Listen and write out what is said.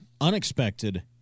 unexpected